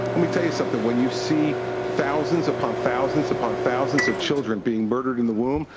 let me tell you something, when you see thousands upon thousands upon thousands of children being murdered in the womb,